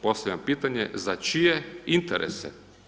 Postavljam pitanje za čije interese?